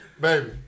baby